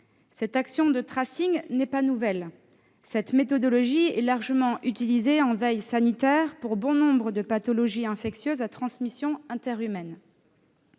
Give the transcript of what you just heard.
L'action de traçage n'est pas nouvelle : cette méthodologie est largement utilisée en veille sanitaire, pour bon nombre de pathologies infectieuses à transmission interhumaine.